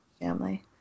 family